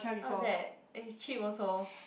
not bad and it's cheap also